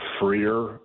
freer